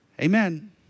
Amen